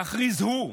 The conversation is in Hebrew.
להכריז, הוא,